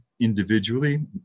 Individually